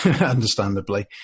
understandably